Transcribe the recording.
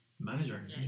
manager